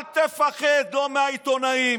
אל תפחד לא מהעיתונאים,